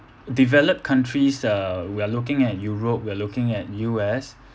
developed countries uh we're looking at europe we're looking at U_S